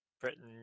Britain